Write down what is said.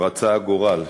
רצה הגורל.